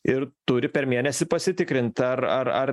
ir turi per mėnesį pasitikrint ar ar ar